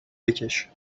بکش